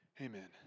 Amen